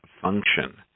function